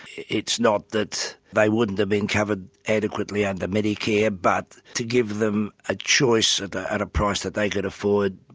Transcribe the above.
it's not that they wouldn't have been covered adequately under medicare, but to give them a choice at ah at a price that they could afford,